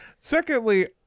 secondly